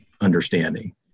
understanding